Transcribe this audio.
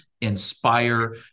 inspire